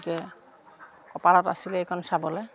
গতিকে কপালত আছিলে এইখন চাবলে